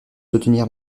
soutenir